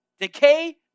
Decay